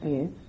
Yes